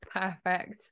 Perfect